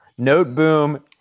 Noteboom